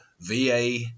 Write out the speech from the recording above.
VA